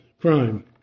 crime